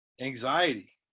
anxiety